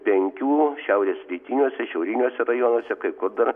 penkių šiaurės rytiniuose šiauriniuose rajonuose kai kur dar